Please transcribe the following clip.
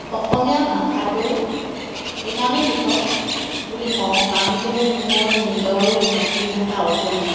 অসমীয়া ভাষাটো এইকাৰণেই পৃথক বুলি কওঁ কাৰণ কেলৈ মোৰ নিজৰো মাতৃভাষা অসমীয়া